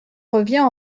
revient